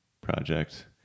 project